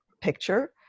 picture